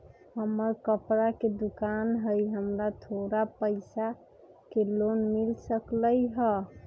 हमर कपड़ा के दुकान है हमरा थोड़ा पैसा के लोन मिल सकलई ह?